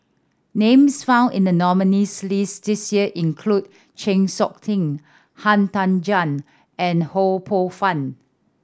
names found in the nominees' list this year include Chng Seok Tin Han Tan Juan and Ho Poh Fun